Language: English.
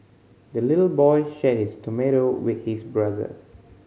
the little boy shared his tomato with his brother